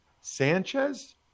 Sanchez